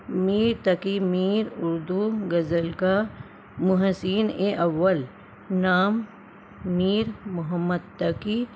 میر تقی میر اردو غزل کا محسن اول نام میر محمد تقی